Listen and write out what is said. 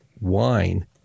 wine